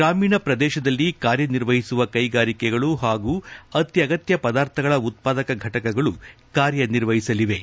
ಗ್ರಾಮೀಣ ಪ್ರದೇಶದಲ್ಲಿ ಕಾರ್ಯ ನಿರ್ವಹಿಸುವ ಕೈಗಾರಿಕೆಗಳು ಹಾಗೂ ಅತ್ಯಗತ್ಯ ಪದಾರ್ಥಗಳ ಉತ್ಪಾದಕ ಫಟಕಗಳು ಕಾರ್ಯ ನಿರ್ವಹಿಸಲಿವೆ